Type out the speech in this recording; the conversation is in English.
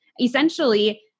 essentially